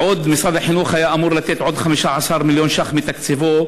ומשרד החינוך היה אמור לתת עוד 15 מיליון שקל מתקציבו,